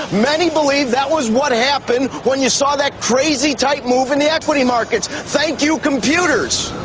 many believe that was what happened when you saw that crazy-type move in the equity markets. thank you, computers!